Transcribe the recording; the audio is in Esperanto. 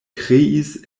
kreis